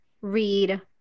read